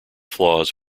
flaws